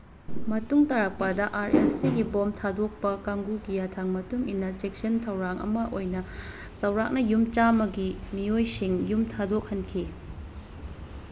ꯃꯇꯨꯡ ꯇꯥꯔꯛꯄꯗ R L ꯁꯤꯒꯤ ꯕꯣꯝ ꯊꯥꯗꯣꯛꯄ ꯀꯥꯡꯕꯨꯒꯤ ꯌꯥꯊꯪ ꯃꯇꯨꯡ ꯏꯟꯅ ꯆꯦꯛꯁꯤꯟ ꯊꯧꯔꯥꯡ ꯑꯃ ꯑꯣꯏꯅ ꯆꯥꯎꯔꯥꯛꯅ ꯌꯨꯝ ꯆꯥꯝꯃꯒꯤ ꯃꯤꯑꯣꯏꯁꯤꯡ ꯌꯨꯝ ꯊꯥꯗꯣꯛꯍꯟꯈꯤ